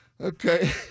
Okay